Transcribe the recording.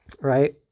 right